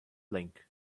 link